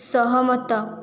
ସହମତ